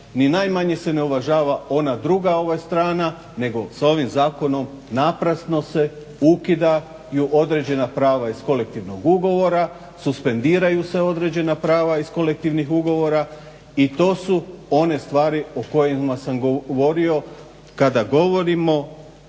ni najmanje se ne uvažava ona druga strana nego sa ovim zakonom naprasno se ukidaju određena prava iz kolektivnog ugovora, suspendiraju se određena prava iz kolektivnih ugovora i to su one stvari o kojima sam govorio kada govorimo